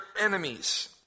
enemies